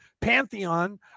pantheon